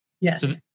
Yes